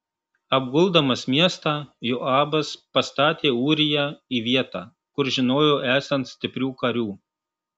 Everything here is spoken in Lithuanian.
apguldamas miestą joabas pastatė ūriją į vietą kur žinojo esant stiprių karių